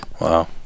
wow